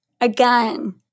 again